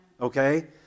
Okay